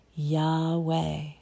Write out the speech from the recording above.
Yahweh